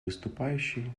выступающий